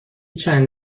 چند